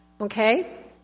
Okay